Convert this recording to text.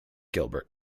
gilbert